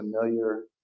familiar